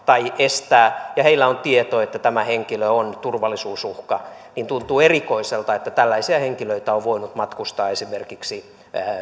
tai estää ja heillä on tieto että tämä henkilö on turvallisuusuhka niin tuntuu erikoiselta että tällaisia henkilöitä on voinut matkustaa esimerkiksi